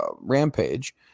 Rampage